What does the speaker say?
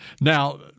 Now